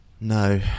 No